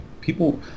people